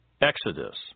Exodus